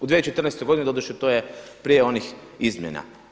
U 2014. godini doduše to je prije onih izmjena.